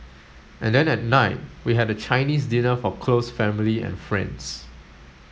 and then at night we had a Chinese dinner for close family and friends